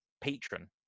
patron